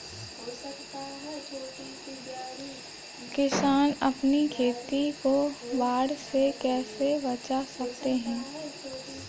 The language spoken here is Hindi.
किसान अपनी खेती को बाढ़ से कैसे बचा सकते हैं?